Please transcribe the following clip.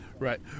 Right